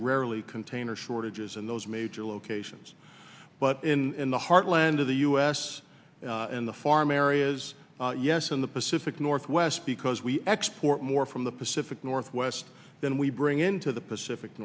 rarely container shortages in those major locations but in the heartland of the u s in the farm areas yes in the pacific northwest because we export more from the pacific northwest than we bring into the pacific